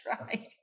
right